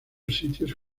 sitios